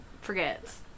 forgets